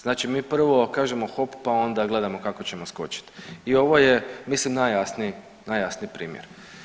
Znači mi prvo kažemo hop pa onda gledamo kako ćemo skočiti i ovo je mislim najjasniji primjer.